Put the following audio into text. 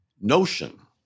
notion